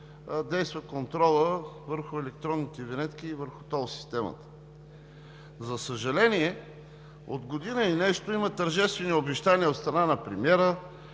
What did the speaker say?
действа контролът върху електронните винетки и върху тол системата. За съжаление, от година и нещо има тържествени обещания от страна на премиера,